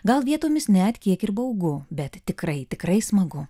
gal vietomis net kiek ir baugu bet tikrai tikrai smagu